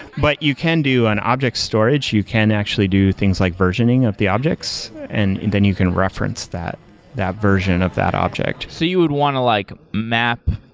but you can do an object storage. you can actually do things like versioning of the objects. and then you can reference that that version of that object so you would want to like map?